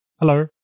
Hello